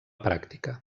pràctica